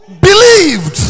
believed